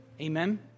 Amen